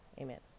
amen